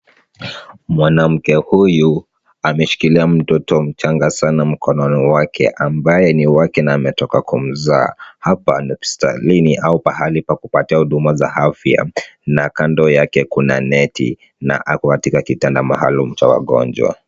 Mwanamke huyu ameshikilia mtoto mchanga sana mkononi mwake ambaye ni wake na ametoka kumzaa .Hapa hospitalini au mahali pa kupata huduma za afya na kando yake kuna neti na ako katika kitanda maalum cha wagonjwa.